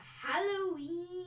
Halloween